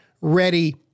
Ready